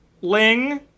ling